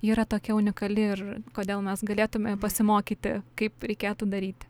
ji yra tokia unikali ir kodėl mes galėtume pasimokyti kaip reikėtų daryti